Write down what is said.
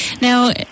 now